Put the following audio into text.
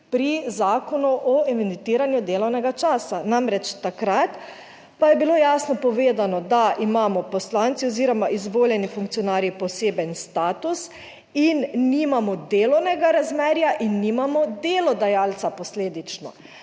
pri Zakonu o evidentiranju delovnega časa. Namreč takrat pa je bilo jasno povedano, da imamo poslanci oziroma izvoljeni funkcionarji poseben status in nimamo delovnega razmerja. In nimamo delodajalca posledično.